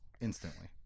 instantly